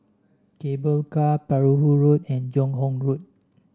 Cable Car Perahu Road and Joo Hong Road